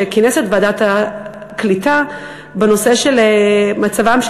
שכינס את ועדת הקליטה לדון בנושא מצבם של